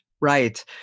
Right